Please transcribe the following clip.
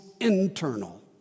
internal